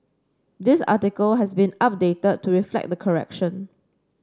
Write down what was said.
this article has been updated to reflect the correction